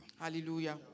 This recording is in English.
Hallelujah